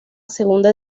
segunda